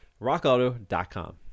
Rockauto.com